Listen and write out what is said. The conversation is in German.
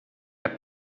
app